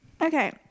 Okay